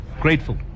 Grateful